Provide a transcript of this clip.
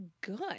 good